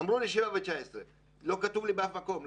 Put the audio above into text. אמרו לי 7:19 אבל לא כתוב לי באף מקום.